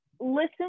listen